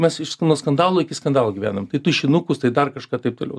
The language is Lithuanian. mes iš nuo skandalo iki skandalo gyvenam tai tušinukus tai dar kažką taip toliau